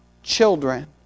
children